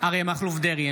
אריה מכלוף דרעי,